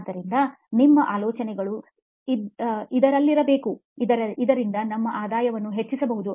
ಆದ್ದರಿಂದ ನಿಮ್ಮ ಆಲೋಚನೆಗಳು ಇದರಲ್ಲಿರಬೇಕು ಇದರಿಂದ ನಿಮ್ಮ ಆದಾಯವನ್ನು ಹೆಚ್ಚಿಸಬಹುದು